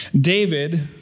David